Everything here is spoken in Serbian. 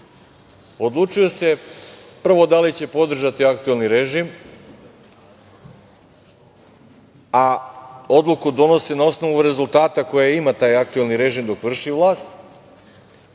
odlučuju se prvo da li će podržati aktuelni režim, a odluku donose na osnovu rezultata koje ima taj aktuelni režim dok vrši vlast.